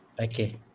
Okay